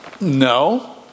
No